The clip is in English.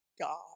God